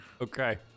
Okay